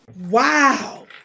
Wow